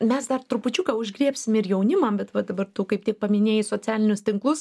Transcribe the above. mes dar trupučiuką užgriebsim ir jaunimą bet va dabar tu kaip tik paminėjai socialinius tinklus